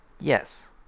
Yes